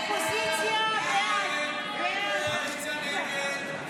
ההסתייגויות לסעיף 04